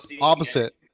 opposite